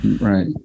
right